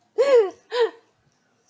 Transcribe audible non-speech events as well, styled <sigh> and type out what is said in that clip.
<laughs>